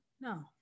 No